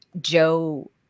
Joe